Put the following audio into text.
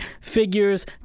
figures